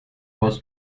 was